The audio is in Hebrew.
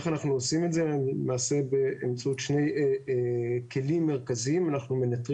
נעשה זאת באמצעות כלי שני כלים מרכזיים: אנחנו מנטרים